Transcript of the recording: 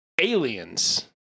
Aliens